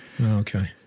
Okay